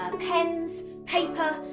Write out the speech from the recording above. um pens, paper,